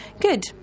Good